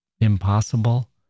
impossible